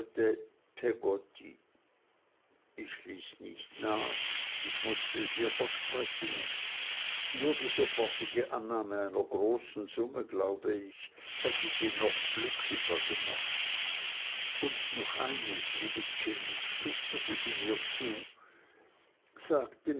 peggotty ich ließ nicht nach ich mußte es ihr versprechen nur die sofortige annahme einer großen summe glaube ich hätte sie noch glücklicher gemacht und noch eines liebes kind flüsterte sie mir zu sag